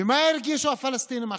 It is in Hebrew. ומה ירגישו הפלסטינים עכשיו?